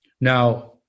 now